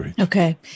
Okay